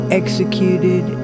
executed